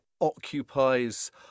occupies